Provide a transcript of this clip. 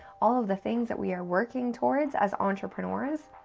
all of the things that we are working towards as entrepreneurs.